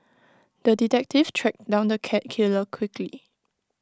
the detective tracked down the cat killer quickly